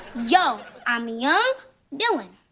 yo! i'm young dylan.